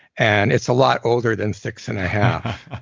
and it's a lot older than six and a half.